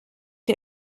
der